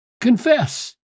confess